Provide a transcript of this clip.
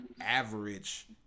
Average